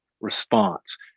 response